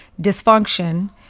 dysfunction